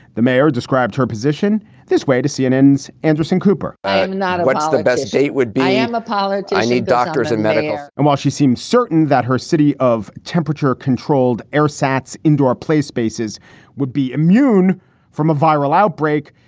the mayor described her position this way to cnn's anderson cooper not what's the best date would be on the pilot. i need doctors and medical and while she seems certain that her city of temperature controlled air sats, indoor play spaces would be immune from a viral outbreak,